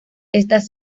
estas